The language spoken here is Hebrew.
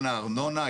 לעניין הארנונה.